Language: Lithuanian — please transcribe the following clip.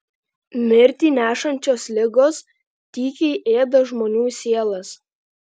mirtį nešančios ligos tykiai ėda žmonių sielas